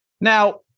Now